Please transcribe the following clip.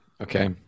Okay